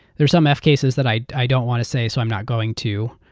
there are some f cases that i i don't want to say so i'm not going to,